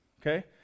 okay